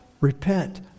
Repent